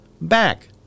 back